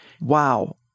Wow